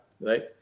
right